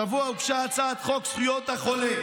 אתה לא יודע, השבוע הוגשה הצעת חוק זכויות החולה.